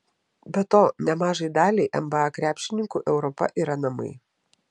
be to nemažai daliai nba krepšininkų europa yra namai